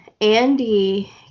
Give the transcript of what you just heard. Andy